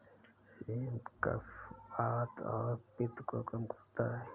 same कफ, वात और पित्त को कम करता है